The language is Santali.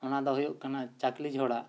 ᱚᱱᱟ ᱫᱚ ᱦᱳᱭᱳᱜ ᱠᱟᱱᱟ ᱪᱟᱹᱠᱞᱤ ᱡᱷᱚᱲᱟ